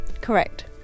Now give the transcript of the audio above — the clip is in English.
Correct